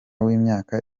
w’imyaka